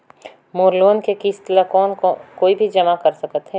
मोर loan के किस्त ल कौन कोई भी जमा कर सकथे?